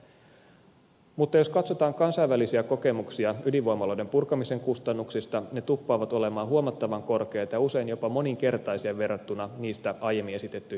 mutta jos katsotaan kansainvälisiä kokemuksia ydinvoimaloiden purkamisen kustannuksista ne tuppaavat olemaan huomattavan korkeita ja usein jopa moninkertaisia verrattuna niistä aiemmin esitettyihin arvioihin